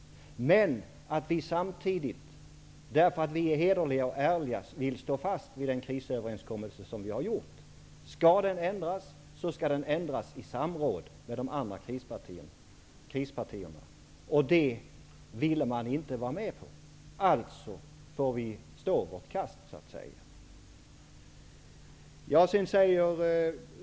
Vi är hederliga och ärliga och vill stå fast vid den krisöverenskommelse som vi har träffat. Skall den ändras, skall den ändras i samråd med de andra ''krispaketpartierna''. Men det ville man inte gå med på. Alltså får vi så att säga stå vårt kast.